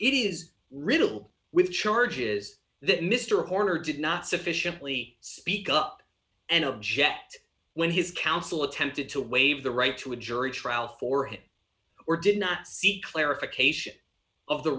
it is riddled with charges that mr horner did not sufficiently speak up and object when his counsel attempted to waive the right to a jury trial for him or did not seek clarification of the